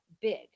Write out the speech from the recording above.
big